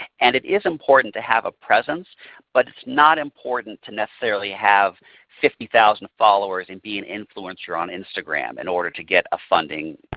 and it is important to have a presence but it's not important to necessarily have fifty thousand followers and be an influencer on instagram in order to get a funding,